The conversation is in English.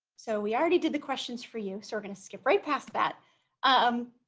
so we already did the questions for you so we're gonna skip right past that um